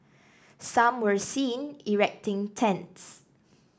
some were seen erecting tents